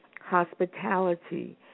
hospitality